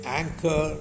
anchor